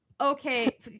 Okay